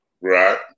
Right